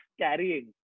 Carrying